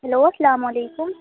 hello السّلام علیکم